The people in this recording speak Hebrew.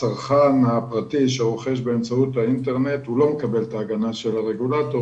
הצרכן הפרטי שרוכש באמצעות האינטרנט לא מקבל את ההגנה של הרגולטור,